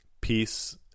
peace